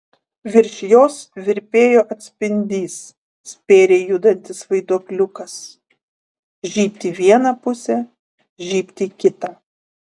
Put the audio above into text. virš jos virpėjo atspindys spėriai judantis vaiduokliukas žybt į vieną pusę žybt į kitą